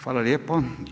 Hvala lijepo.